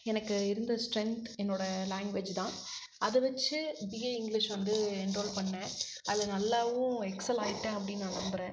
எனக்கு இருந்த ஸ்ட்ரென்த் என்னோட லேங்குவேஜ் தான் அதை வச்சி பிஏ இங்கிலிஷ் வந்து என்ரோல் பண்ணேன் அதில் நல்லாவும் எக்சலாயிட்டேன் அப்படின்னு நான் நம்புகிறேன்